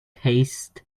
haste